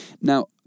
Now